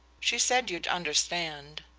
she said you'd understand.